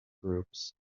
groups